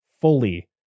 fully